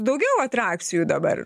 daugiau atrakcijų dabar